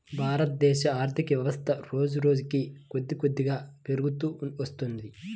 భారతదేశ ఆర్ధికవ్యవస్థ రోజురోజుకీ కొద్దికొద్దిగా పెరుగుతూ వత్తున్నది